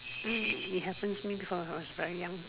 it happens to me when I was very young